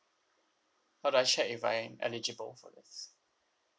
how do I check if I'm eligible for this